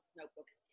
notebooks